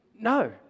No